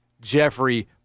Jeffrey